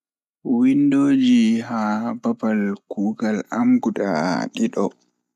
Windooji haa babal kugal am guda didi.